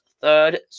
third